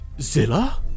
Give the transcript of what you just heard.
zilla